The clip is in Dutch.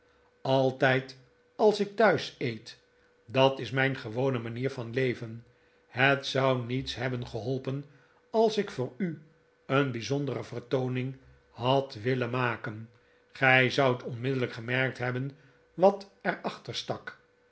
altijd als ik thuis eet dat is mijn gewone manier van leven het zou niets hebben geholpen als ik voor u een bijzondere vertooning had willen maken gij zoudt onmiddellijk gemerkt hebben wat er